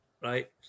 right